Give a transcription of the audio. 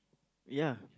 ya